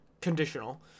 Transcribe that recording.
conditional